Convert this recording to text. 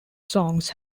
songs